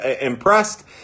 impressed